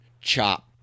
chop